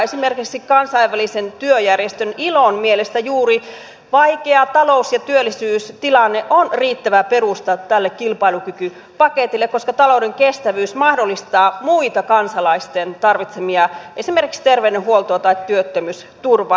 esimerkiksi kansainvälisen työjärjestön ilon mielestä juuri vaikea talous ja työllisyystilanne on riittävä perusta tälle kilpailukykypaketille koska talouden kestävyys mahdollistaa muita kansalaisten tarvitsemia asioita esimerkiksi terveydenhuoltoa tai työttömyysturvaa